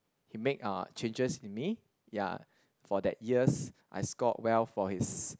he make uh changes in me ya for that years I scored well for his